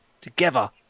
together